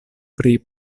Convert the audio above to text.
pri